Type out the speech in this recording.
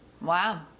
Wow